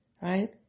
right